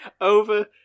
over